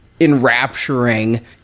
enrapturing